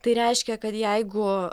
tai reiškia kad jeigu